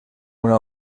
una